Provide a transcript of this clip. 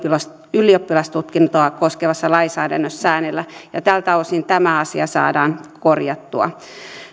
ylioppilastutkintoa koskevassa lainsäädännössä säännellä tältä osin tämä asia saadaan korjattua